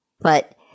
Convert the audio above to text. But-